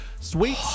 Sweet